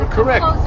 Correct